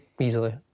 Easily